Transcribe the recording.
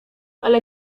ale